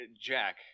Jack